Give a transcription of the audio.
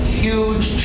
huge